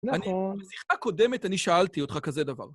בשיחה קודמת אני שאלתי אותך כזה דבר.